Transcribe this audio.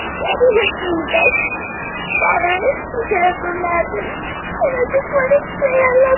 daddy has been the best father you could ever imagine. and i just wanted so